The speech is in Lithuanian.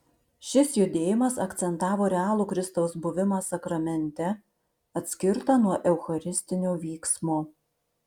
šis judėjimas akcentavo realų kristaus buvimą sakramente atskirtą nuo eucharistinio vyksmo